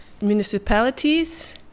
municipalities